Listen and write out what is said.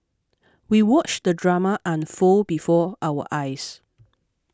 we watched the drama unfold before our eyes